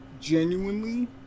genuinely